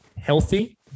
healthy